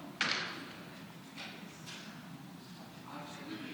אם היינו לוקחים את התוספת הזאת, חצי ממנה,